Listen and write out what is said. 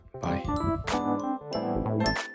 Bye